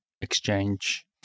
Exchange